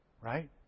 right